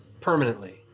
permanently